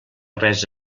res